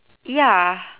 ya